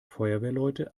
feuerwehrleute